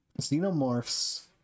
xenomorphs